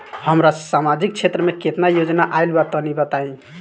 हमरा समाजिक क्षेत्र में केतना योजना आइल बा तनि बताईं?